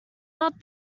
not